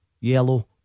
yellow